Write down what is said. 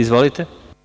Izvolite.